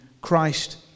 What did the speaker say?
Christ